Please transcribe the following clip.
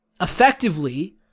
Effectively